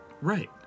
Right